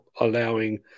allowing